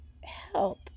help